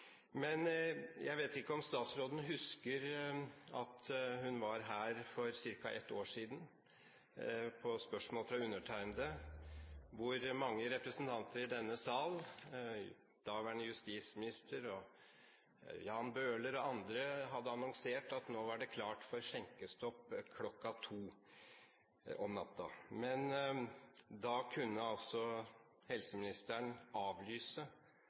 Jeg vet ikke om statsråden husker at hun var her for ca. ett år siden og svarte på spørsmål fra undertegnede, da mange representanter i denne sal, daværende justisminister, Jan Bøhler og andre, hadde annonsert at nå var det klart for skjenkestopp kl. 02 om natta.